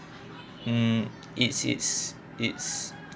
mm it's it's it's